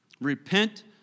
Repent